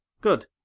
Good